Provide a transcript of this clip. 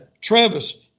Travis